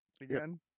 Again